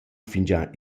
fingià